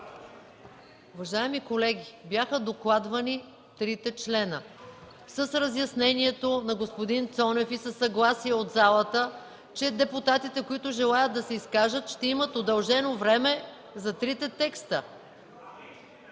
Уважаеми колеги, бяха докладвани трите члена с разяснението на господин Цонев и със съгласието на залата, че депутатите, които ще се изказват, ще имат удължено време за трите текста.